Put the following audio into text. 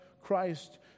Christ